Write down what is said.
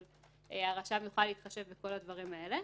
אבל הרשם יוכל להתחשב בכל הדברים האלה.